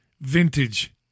vintage